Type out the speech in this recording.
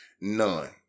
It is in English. none